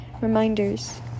Reminders